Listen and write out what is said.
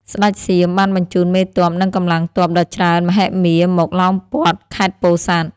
ស្ដេចសៀមបានបញ្ជូនមេទ័ព និងកម្លាំងទ័ពដ៏ច្រើនមហិមាមកឡោមព័ទ្ធខេត្តពោធិ៍សាត់។